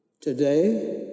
Today